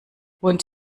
wohnt